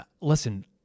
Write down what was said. listen